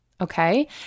okay